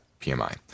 PMI